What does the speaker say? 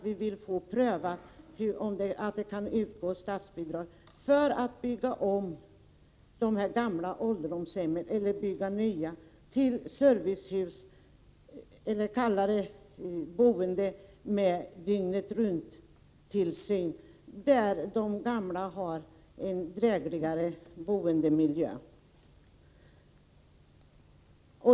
Vi vill få prövat om det kan utgå statsbidrag för att bygga om de gamla ålderdomshemmen till servicehus eller för att bygga nya — eller kalla det gärna boende med dygnet-runt-tillsyn — där de gamla har en drägligare boendemiljö.